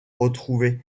retrouver